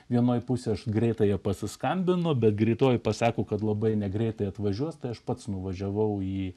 vienoje pusėje greitąją paskambino bet greitoji pasakė kad labai negreitai atvažiuos tai aš pats nuvažiavau į